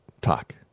talk